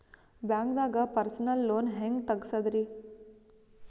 ಬ್ಯಾಂಕ್ದಾಗ personal loan ಹೆಂಗ್ ತಗ್ಸದ್ರಿ?